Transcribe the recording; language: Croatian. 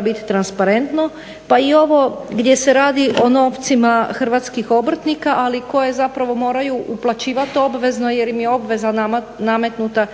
biti transparentno pa i ovo gdje se radi o novcima hrvatskih obrtnika ali koje zapravo moraju uplaćivati obvezno jer im je obveza nametnuta